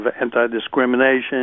anti-discrimination